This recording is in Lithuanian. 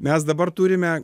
mes dabar turime